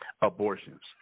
Abortions